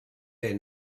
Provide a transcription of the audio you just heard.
their